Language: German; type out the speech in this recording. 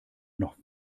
noch